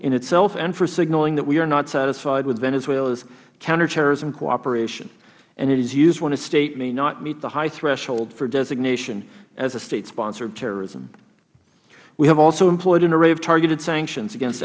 in itself and for signaling that we are not satisfied with venezuela's counterterrorism cooperation and it is used when a state may not meet the high threshold for designation as a state sponsor of terrorism we have also employed an array of targeted sanctions against